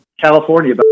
California